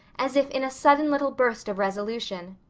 as if in a sudden little burst of resolution,